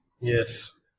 yes